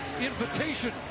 invitation